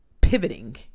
pivoting